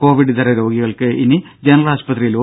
Covid ഇതര രോഗികൾക്ക് ഇനി ജനറൽ ആശുപത്രിയിൽ ഒ